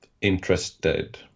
interested